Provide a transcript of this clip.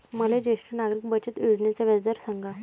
मले ज्येष्ठ नागरिक बचत योजनेचा व्याजदर सांगा